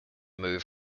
move